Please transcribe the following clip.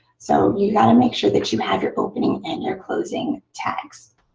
so you've got to make sure that you have your opening and your closing text.